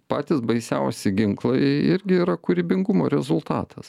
patys baisiausi ginklai irgi yra kūrybingumo rezultatas